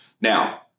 Now